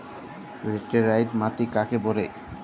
Laterite মাটি কাকে বলে?